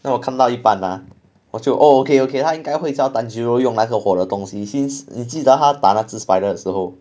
then 我看到一半 ah 我就 oh okay okay 他应该会教 tanjiro 用那个火的东西 since 你记得他打那只 spider 的时候